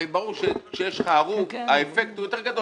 הרי ברור שכאשר שיש לך הרוג, האפקט הוא יותר גדול.